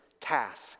task